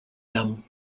them